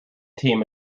team